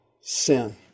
sin